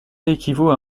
équivaut